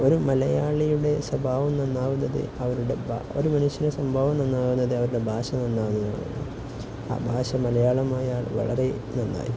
ഒരു മലയാളിയുടെ സ്വഭാവം നന്നാവുന്നത് അവന്റെ ഒരു മനുഷ്യന്റെ സ്വഭാവം നന്നാവുന്നത് അവന്റെ ഭാഷ നന്നാവുന്നതുകൊണ്ടാണ് ആ ഭാഷ മലയാളമായാല് വളരെ നന്നായി